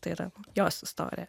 tai yra jos istorija